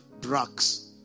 drugs